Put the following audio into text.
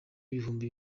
ibihumbi